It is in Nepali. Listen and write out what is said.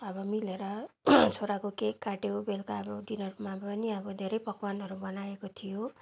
अब मिलेर छोराको केक काट्यौँ बेलुका अब डिनरमा पनि अब धेरै पकवानहरू बनाएको थियो